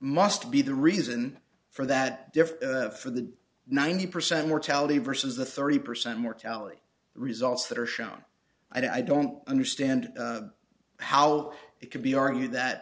must be the reason for that differ for the ninety percent mortality vs the thirty percent mortality results that are shown i don't understand how it could be argued that